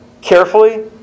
carefully